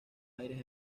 aires